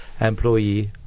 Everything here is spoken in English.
employee